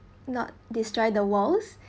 not destroy the walls